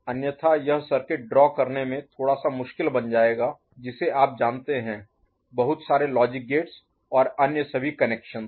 अन्यथा यह circuit draw करने में थोड़ा सा मुश्किल बन जाएगा जिसे आप जानते हैं बहुत सारे लॉजिक गेट्स और अन्य सभी कनेक्शंस